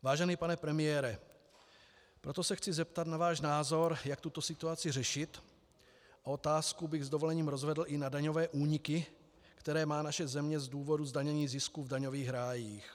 Vážený pane premiére, proto se chci zeptat na váš názor, jak tuto situaci řešit, a otázku bych s dovolením rozvedl i na daňové úniky, které má naše země z důvodu zdanění zisku v daňových rájích.